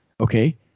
Okay